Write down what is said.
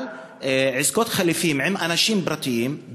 על עסקות חליפין עם אנשים פרטיים,